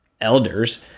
elders